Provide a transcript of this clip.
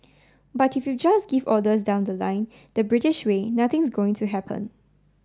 but if you just give orders down the line the British way nothing's going to happen